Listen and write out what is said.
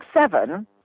Seven